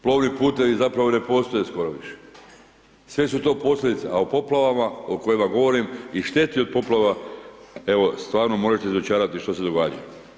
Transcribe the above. Plovni putevi zapravo ne postoje skoro više, sve su to posljedice, a o poplavama o kojima govorim i šteti od poplava, evo, stvarno možete dočarati što se događa.